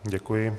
Děkuji.